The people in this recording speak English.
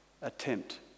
attempt